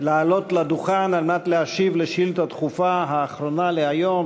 לעלות לדוכן על מנת לענות על השאילתה הדחופה האחרונה להיום,